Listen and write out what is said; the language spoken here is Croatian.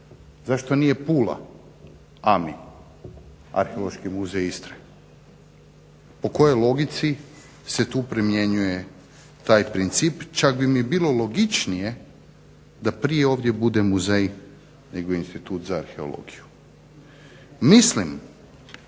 Zašto nije Pula AMI – Arheološki muzej Istre? Po kojoj logici se tu primjenjuje taj princip? Čak bi mi bilo logičnije da prije ovdje bude muzej nego Institut za arheologiju. Mislim